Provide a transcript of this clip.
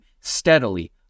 steadily